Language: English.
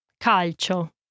Calcio